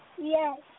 Yes